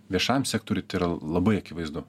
viešajam sektoriui tai yra labai akivaizdu